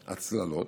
הצללות,